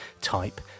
type